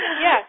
Yes